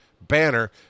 banner